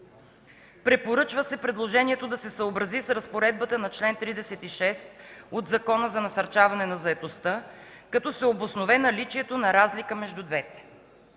Препоръчва се предложението да се съобрази с разпоредбата на чл. 36 от Закона за насърчаване на заетостта, като се обоснове наличието на разлика между двете.